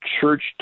church